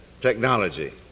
technology